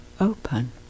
open